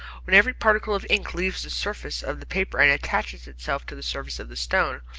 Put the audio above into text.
when every particle of ink leaves the surface of the paper and attaches itself to the surface of the stone,